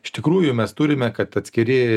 iš tikrųjų mes turime kad atskiri